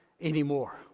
anymore